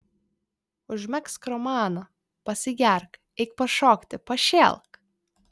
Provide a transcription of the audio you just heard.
užmegzk romaną pasigerk eik pašokti pašėlk